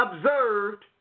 observed